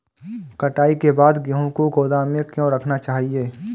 कटाई के बाद गेहूँ को गोदाम में क्यो रखना चाहिए?